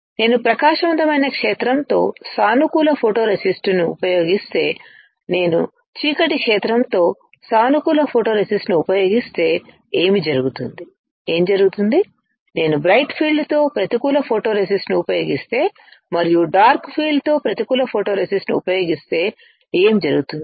నేను ప్రకాశవంతమైన క్షేత్రంతో సానుకూల ఫోటోరేసిస్ట్ను ఉపయోగిస్తే నేను చీకటి క్షేత్రంతో సానుకూల ఫోటోరేసిస్ట్ను ఉపయోగిస్తే ఏమి జరుగుతుంది ఏమి జరుగుతుంది నేను బ్రైట్ ఫీల్డ్ తో ప్రతికూల ఫోటోరేసిస్ట్ను ఉపయోగిస్తే మరియు డార్క్ ఫీల్డ్ తో ప్రతికూల ఫోటోరేసిస్ట్ను ఉపయోగిస్తే ఏమి జరుగుతుంది